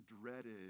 dreaded